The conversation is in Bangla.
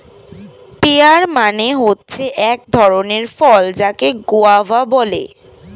পেয়ার মানে হচ্ছে এক ধরণের ফল যাকে গোয়াভা বলে